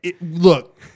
Look